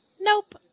Nope